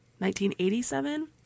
1987